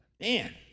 Man